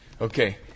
Okay